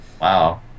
Wow